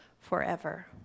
forever